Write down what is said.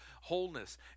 wholeness